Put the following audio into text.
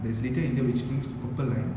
there's little india which links to purple line